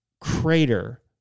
crater